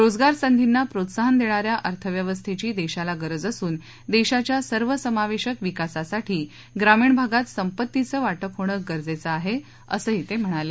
रोजगार संधींना प्रोत्साइन देण्या या अर्थव्यवस्थेची देशाला गरज असून देशाच्या सर्व समावेशक विकासासाठी ग्रामीण भागात संपत्तीचं वा पे होणं गरजेचं आहे असंही ते म्हणाले